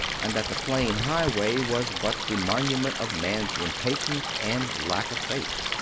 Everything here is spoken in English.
and that the plain highway was but the monument of man s impatience and lack of faith.